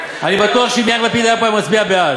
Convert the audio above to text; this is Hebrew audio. אני בטוח שאם יאיר לפיד היה פה הוא היה מצביע בעד,